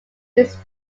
his